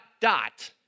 dot